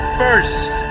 first